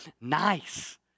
nice